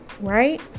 Right